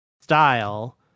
style